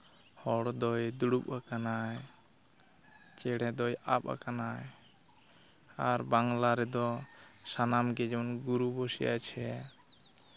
ᱦᱚᱲ ᱫᱚᱭ ᱫᱩᱲᱩᱵ ᱟᱠᱟᱱᱟᱭ ᱪᱮᱬᱮ ᱫᱚᱭ ᱟᱵ ᱠᱟᱱᱟᱭ ᱟᱨ ᱵᱟᱝᱞᱟᱨᱮᱫᱚ ᱥᱟᱱᱟᱢᱜᱮ ᱡᱮᱢᱚᱱ ᱜᱩᱨᱩ ᱵᱚᱥᱮ ᱟᱪᱷᱮ